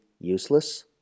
useless